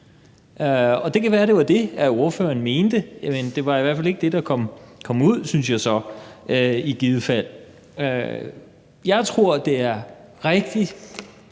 om. Det kan være, det var det, ordføreren mente, men det var i hvert fald ikke det, der i givet fald kom ud, synes jeg så. Jeg tror, det er rigtig